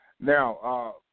Now